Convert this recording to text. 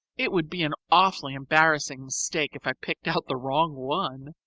it would be an awfully embarrassing mistake if i picked out the wrong one.